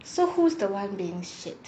so who's the one being shit